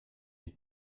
die